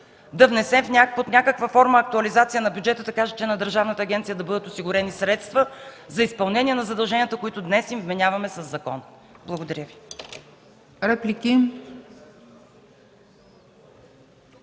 да внесем под някаква форма актуализация на бюджета, така че на държавната агенция да бъдат осигурени средства за изпълнение на задълженията, които днес им вменяваме със закон. Благодаря Ви.